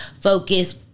Focus